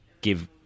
give